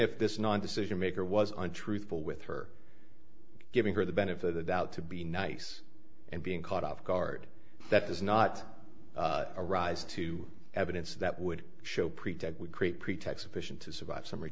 if this non decision maker was untruthful with her giving her the benefit of the doubt to be nice and being caught off guard that does not arise to evidence that would show pretend we create pretext efficient to survive some